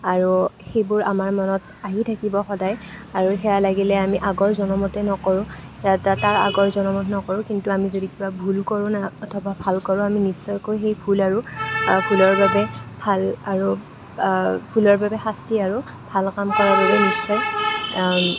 আৰু সেইবোৰ আমাৰ মনত আহি থাকিব সদায় আৰু সেয়া লাগিলে আমি আগৰ জনমতে নকৰোঁ তাৰ আগৰ জনমত নকৰোঁ কিন্তু আমি যদি কিবা ভুল কৰোঁ অথবা ভাল কৰোঁ আমি নিশ্চয়কৈ সেই ভুল আৰু ভুলৰ বাবে ভাল আৰু ভুলৰ বাবে শাস্তি আৰু ভাল কাম কৰাৰ বাবে